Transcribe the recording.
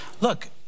look